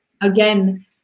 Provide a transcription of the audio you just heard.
again